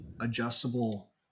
adjustable